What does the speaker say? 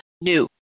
new